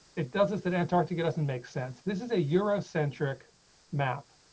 it doesn't that antarctic get us and makes sense. this is a eurocentric map.